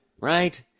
right